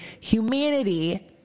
humanity